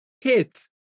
hits